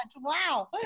Wow